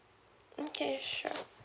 okay sure